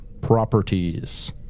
properties